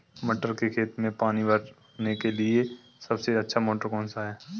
मटर के खेत में पानी भरने के लिए सबसे अच्छा मोटर कौन सा है?